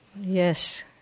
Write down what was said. Yes